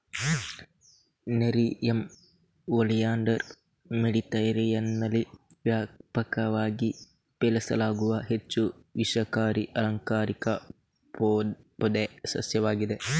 nerium oleander ಮೆಡಿಟರೇನಿಯನ್ನಲ್ಲಿ ವ್ಯಾಪಕವಾಗಿ ಬೆಳೆಸಲಾಗುವ ಹೆಚ್ಚು ವಿಷಕಾರಿ ಅಲಂಕಾರಿಕ ಪೊದೆ ಸಸ್ಯವಾಗಿದೆ